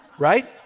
right